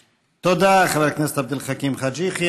תודה, חבר הכנסת עבד אל חכים חאג' יחיא.